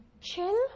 chill